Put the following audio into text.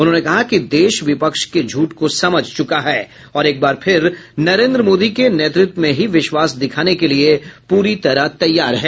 उन्होंने कहा कि देश विपक्ष के झूठ को समझ चुका है और एक बार फिर नरेन्द्र मोदी के नेतृत्व में ही विश्वास दिखाने के लिए पूरी तरह तैयार है